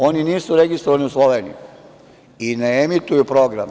Oni nisu registrovani u Sloveniji i ne emituju program.